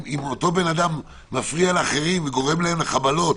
אם אותו אדם מפריע לאחרים וגורם להם לחבלות,